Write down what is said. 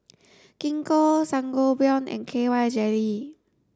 Gingko Sangobion and K Y jelly